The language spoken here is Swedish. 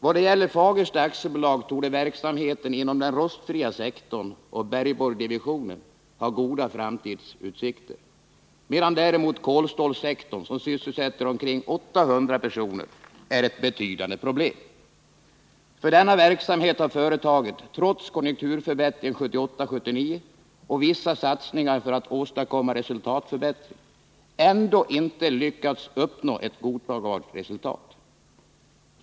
Vad gäller Fagersta AB torde verksamheten inom den rostfria sektorn och bergborrdivisionen ha goda framtidsutsikter, medan däremot kolstålsektorn, som sysselsätter omkring 800 personer, är ett betydande problem. För denna verksamhet har företaget, trots konjunkturförbättringen 1978-1979 och vissa satsningar för att åstadkomma resultatförbättring, inte lyckats uppnå ett godtagbart resultat.